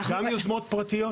גם יוזמות פרטיות.